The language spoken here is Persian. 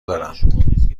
دارم